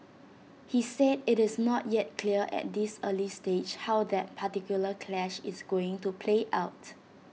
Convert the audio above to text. he said IT is not yet clear at this early stage how that particular clash is going to play out